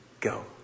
go